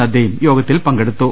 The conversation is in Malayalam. നദ്ദയും ്യോഗത്തിൽ പങ്കെടുത്തു